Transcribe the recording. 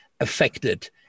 affected